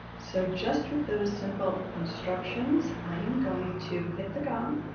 so just with those simple instructions, i am going to hit the gong,